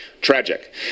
Tragic